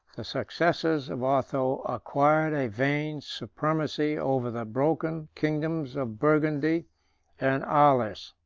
the successors of otho acquired a vain supremacy over the broken kingdoms of burgundy and arles.